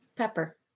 Pepper